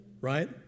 right